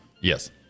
Yes